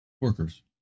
workers